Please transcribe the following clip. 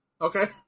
Okay